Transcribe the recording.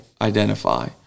identify